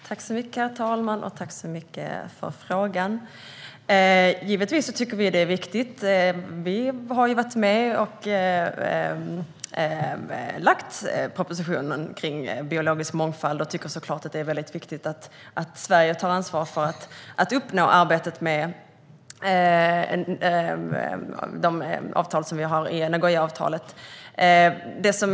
Herr talman! Jag tackar för frågan. Givetvis tycker vi att det är viktigt. Centerpartiet var med om att lägga fram propositionen om biologisk mångfald och tycker såklart att det är mycket viktigt att Sverige tar ansvar för att uppnå det som ingår i de avtal som vi har ställt oss bakom.